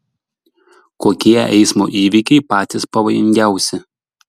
kokie eismo įvykiai patys pavojingiausi